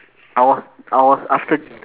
I was I was after